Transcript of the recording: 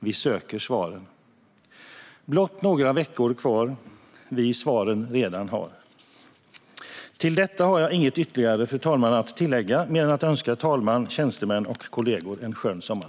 Vi söker svaren. Blott några veckor kvar vi svaren redan har. Till detta, fru talman, har jag inget ytterligare att tillägga mer än att önska talmän, tjänstemän och kollegor en skön sommar.